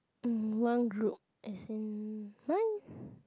mm one group as in nine